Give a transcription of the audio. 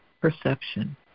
perception